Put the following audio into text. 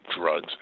drugs